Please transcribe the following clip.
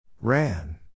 Ran